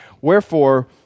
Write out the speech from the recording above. wherefore